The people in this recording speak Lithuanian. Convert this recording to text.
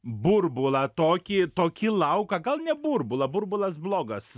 burbulą tokį tokį lauką gal ne burbulą burbulas blogas